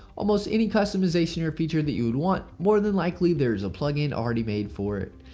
almost any customization or feature that you would want more than likely there is a plugin already made for it.